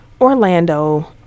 Orlando